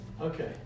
Okay